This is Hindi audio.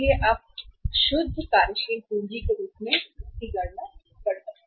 इसलिए फिर आप शुद्ध कार्यशील पूंजी के रूप में गणना कर सकते हैं